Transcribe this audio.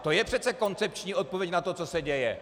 To je přece koncepční odpověď na to, co se děje.